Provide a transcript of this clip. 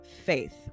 faith